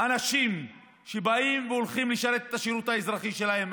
אנשים שבאים והולכים לשרת את השירות האזרחי שלהם,